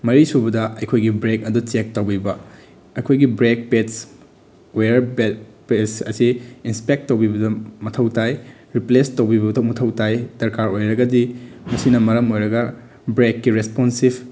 ꯃꯔꯤꯁꯨꯕꯗ ꯑꯩꯈꯣꯏꯒꯤ ꯕ꯭ꯔꯦꯛ ꯑꯗꯨ ꯆꯦꯛ ꯇꯧꯕꯤꯕ ꯑꯩꯈꯣꯏꯒꯤ brake pads wire brake pads ꯑꯁꯤ ꯏꯟꯁꯄꯦꯛ ꯇꯧꯕꯤꯕꯗ ꯃꯊꯧ ꯇꯥꯏ ꯔꯤꯄ꯭ꯂꯦꯁ ꯇꯧꯕꯤꯕ ꯃꯊꯧ ꯇꯥꯏ ꯗꯔꯀꯥꯔ ꯑꯣꯏꯔꯒꯗꯤ ꯃꯁꯤꯅ ꯃꯔꯝ ꯑꯣꯏꯔꯒ ꯕ꯭ꯔꯦꯛꯀꯤ ꯔꯦꯁꯄꯣꯟꯁꯤꯞ